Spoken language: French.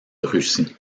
russie